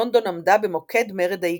לונדון עמדה במוקד מרד האיכרים.